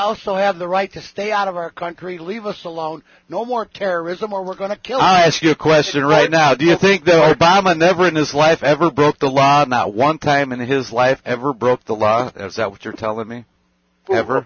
also have the right to stay out of our country leave us alone no more terrorism or we're going to kill i ask you a question right now do you think that i'm never in his life ever broke the law not one time in his life ever broke the law is that what you're telling me